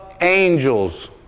angels